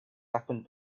happened